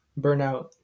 burnout